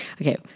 Okay